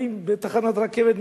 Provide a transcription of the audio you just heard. באים לתחנת רכבת,